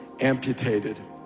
amputated